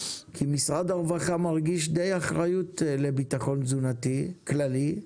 כי משרד הרווחה מרגיש די אחריות לביטחון תזונתי כללי,